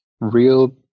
real